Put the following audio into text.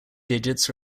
digits